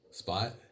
Spot